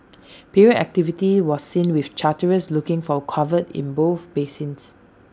period activity was seen with charterers looking for cover in both basins